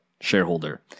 shareholder